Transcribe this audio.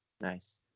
Nice